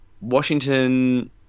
Washington